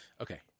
Okay